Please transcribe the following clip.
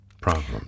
problems